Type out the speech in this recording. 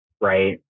right